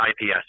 IPS